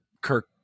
Kirk